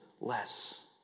less